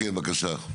כן בבקשה.